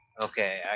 okay